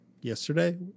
yesterday